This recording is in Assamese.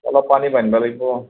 অলপ পানী বান্ধিব লাগিব